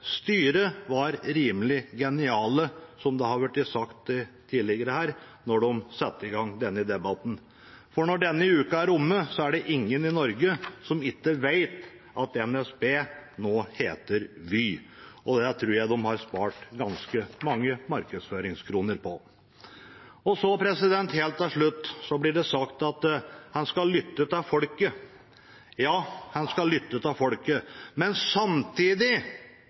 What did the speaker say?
Styret var rimelig geniale, slik det er blitt sagt her tidligere, da de satte i gang denne debatten. For når denne uken er omme, er det ingen i Norge som ikke vet at NSB nå heter Vy. Det tror jeg de har spart ganske mange markedsføringskroner på. Helt til slutt: Det blir sagt at man skal lytte til folket. Ja, man skal lytte til folket, men samtidig